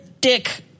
dick